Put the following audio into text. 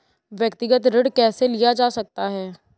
व्यक्तिगत ऋण कैसे लिया जा सकता है?